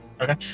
Okay